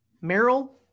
Merrill